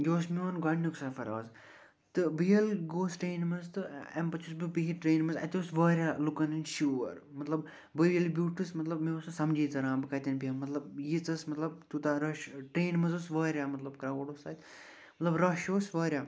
یہِ اوس میٛون گۄڈنیُک سَفَر اَز تہٕ بہٕ ییٚلہِ گوس ٹرٛینہِ مَنٛز تہٕ اَمہِ پَتہٕ چھُس بہٕ بِہِتھ ٹرٛینہِ مَنٛز اَتہِ اوس واریاہ لُکَن ہُنٛد شور مَطلَب بہٕ ییٚلہِ بیٛوٗٹھُس مطلب مےٚ اوس نہٕ سمجھٕے تران بہٕ کَتٮ۪ن بیٚہمہٕ مَطلَب ییٖژ ٲسۍ مَطلَب یوٗتاہ رَش ٹرینہِ مَنٛز اوس واریاہ مَطلَب کرٛاوُڈ اوس تتہِ مَطلَب رش اوس واریاہ